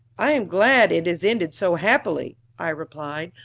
i am glad it has ended so happily, i replied,